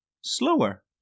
slower